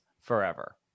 forever